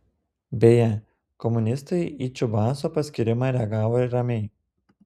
beje komunistai į čiubaiso paskyrimą reagavo ramiai